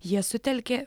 jie sutelkė